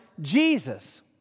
Jesus